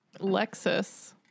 Lexus